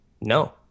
No